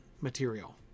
material